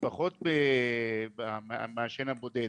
ופחות במעשן הבודד